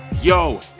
Yo